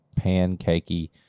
Pancakey